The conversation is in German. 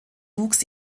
wuchs